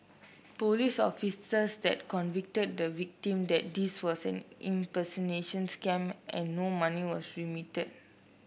police officers that convicted the victim that this was an impersonation scam and no money was remitted